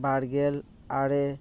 ᱵᱟᱨ ᱜᱮᱞ ᱟᱨᱮ